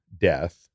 death